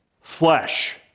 flesh